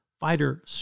fighter